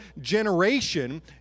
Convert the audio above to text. generation